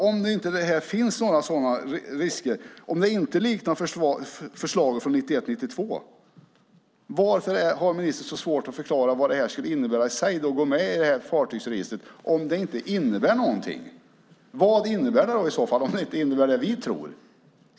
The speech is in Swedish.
Om det inte finns några sådana risker, om det inte liknar förslaget från 1991/92, varför har ministern så svårt att förklara vad det skulle innebära att gå med i fartygsregistret? Vad innebär det om det inte innebär det vi tror?